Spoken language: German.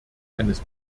eines